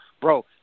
bro